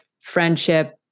friendship